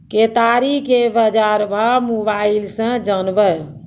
केताड़ी के बाजार भाव मोबाइल से जानवे?